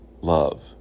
love